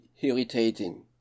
irritating